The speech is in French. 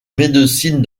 médecine